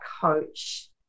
coach